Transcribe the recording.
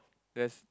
there's